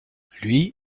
lui